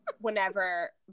whenever